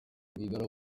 rwigara